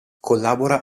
collabora